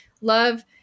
love